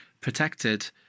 protected